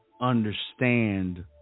understand